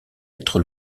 être